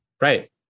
Right